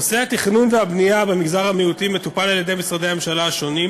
נושא התכנון והבנייה במגזר המיעוטים מטופל על-ידי משרדי הממשלה השונים.